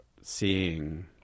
seeing